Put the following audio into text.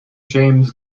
james